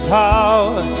power